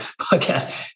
podcast